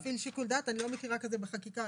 אני לא מכירה דבר כזה בחקיקה.